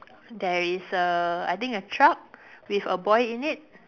there is a I think a truck with a boy in it